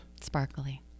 Sparkly